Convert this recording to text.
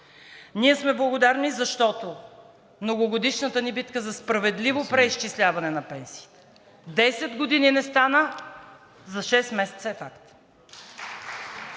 Ние сме благодарни, защото многогодишната ни битка за справедливо преизчисляване на пенсиите – десет години не стана, за шест месеца е факт.